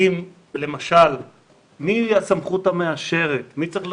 למשל מי הסמכות המאשרת, מי צריך לחתום,